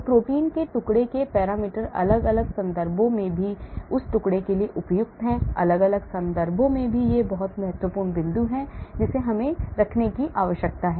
तो प्रोटीन के टुकड़े के पैरामीटर अलग अलग संदर्भों में भी उस टुकड़े के लिए उपयुक्त हैं अलग अलग संदर्भों में भी यह एक बहुत महत्वपूर्ण बिंदु है जिसे हमें रखने की आवश्यकता है